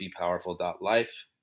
bepowerful.life